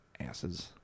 Asses